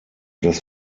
das